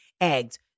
eggs